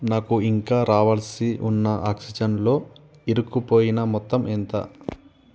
నాకు ఇంకా రావాల్సి ఉన్న ఆక్సిజెన్లో ఇరుక్కుపోయిన మొత్తం ఎంత